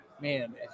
man